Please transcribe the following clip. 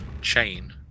chain